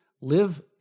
live